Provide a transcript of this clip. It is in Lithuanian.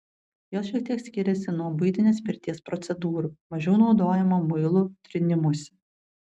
jos šiek tiek skiriasi nuo buitinės pirties procedūrų mažiau naudojama muilų trynimosi